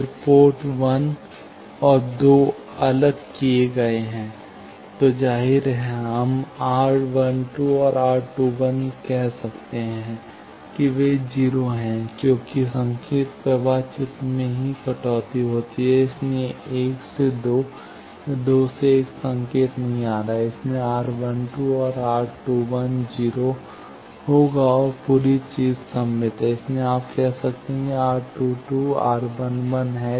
फिर पोर्ट 1 और 2 अलग किए गए हैं तो जाहिर है हम R12 और R21 कह सकते हैं कि वे 0 हैं क्योंकि संकेत प्रवाह चित्र में ही कटौती होती है इसलिए 1 से 2 या 2 से 1 संकेत नहीं आ सकता है इसलिए R12 और R21 0 होगा और पूरी चीज़ सममित है इसलिए आप कह सकते हैं कि R22 R11 है